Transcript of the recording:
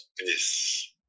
Yes